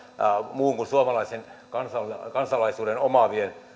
muun kuin suomalaisen kansalaisuuden kansalaisuuden omaavien